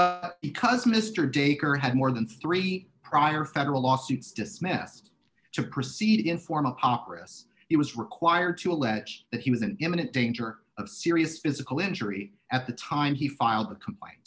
injuries because mr dacre had more than three prior federal lawsuits dismissed to proceed in forma operas it was required to allege that he was an imminent danger of serious physical injury at the time he filed the complaint